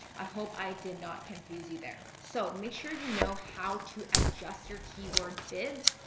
i hope i did not confuse you there. so make sure you know how to adjust your keyword bids.